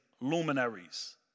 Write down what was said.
luminaries